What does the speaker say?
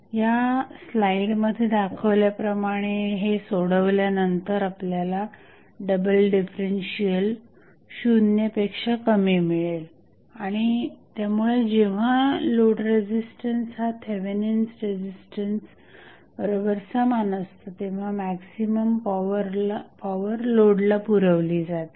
या स्लाईड मध्ये दाखवल्याप्रमाणे हे सोडवल्यानंतर आपल्याला डबल डिफरन्शिअल शून्यपेक्षा कमी मिळेल आणि त्यामुळे जेव्हा लोड रेझिस्टन्स हा थेवेनिन्स रेझिस्टन्स समान असतो तेव्हा मॅक्झिमम पॉवर लोडला पुरवली जाते